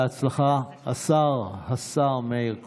בהצלחה, השר מאיר כהן.